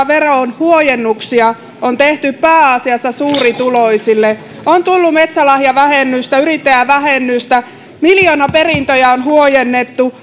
verohuojennuksia on tehty pääasiassa suurituloisille on tullut metsälahjavähennystä yrittäjävähennystä miljoonaperintöjä on huojennettu